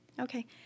Okay